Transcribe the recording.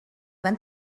van